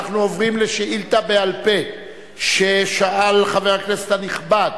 אנחנו עוברים לשאילתא בעל-פה ששאל חבר הכנסת הנכבד